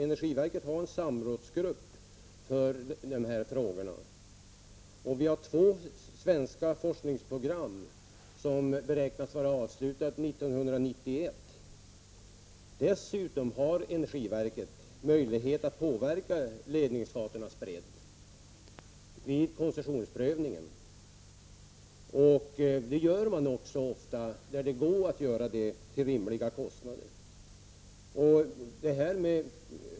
Energiverket har en samrådsgrupp för de här frågorna. Vi har vidare två svenska forskningsprogram, som beräknas vara avslutade 1991. Dessutom har energiverket vid koncessionsprövningen möjlighet att påverka ledningsgatornas bredd. Det gör man också ofta, där det går att göra det till rimliga kostnader.